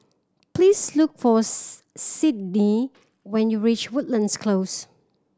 please look for Sydnee when you reach Woodlands Close